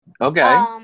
Okay